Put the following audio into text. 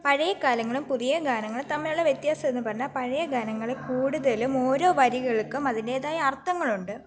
പഴയ കാലങ്ങളും പുതിയ ഗാനങ്ങളും തമ്മിലുള്ള വ്യത്യാസം എന്നു പറഞ്ഞാൽ പഴയ ഗാനങ്ങൾ കൂടുതലും ഓരോ വരികൾക്കും അതിൻ്റേതായ അർഥങ്ങളുണ്ട്